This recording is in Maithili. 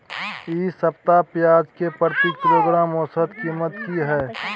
इ सप्ताह पियाज के प्रति किलोग्राम औसत कीमत की हय?